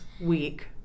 week